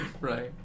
right